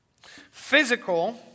physical